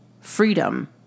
freedom